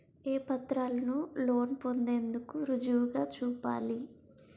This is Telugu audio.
ఏ పత్రాలను లోన్ పొందేందుకు రుజువుగా చూపాలి?